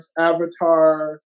avatar